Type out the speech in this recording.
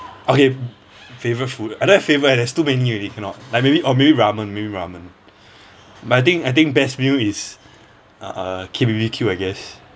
okay favourite food I don't have favourite eh there's too many already cannot like maybe or maybe ramen maybe ramen but I think I think best meal is uh K_B_B_Q I guess